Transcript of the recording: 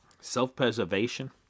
self-preservation